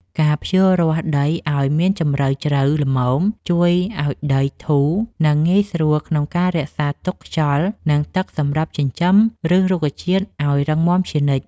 ការភ្ជួររាស់ដីឱ្យមានជម្រៅជ្រៅល្មមជួយឱ្យដីធូរ និងងាយស្រួលក្នុងការរក្សាទុកខ្យល់ និងទឹកសម្រាប់ចិញ្ចឹមឫសរុក្ខជាតិឱ្យរឹងមាំជានិច្ច។